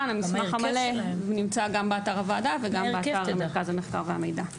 המסמך המלא נמצא גם באתר הוועדה וגם באתר מרכז המחקר והמידע.